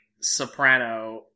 soprano